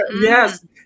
Yes